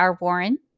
Warren